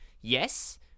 Yes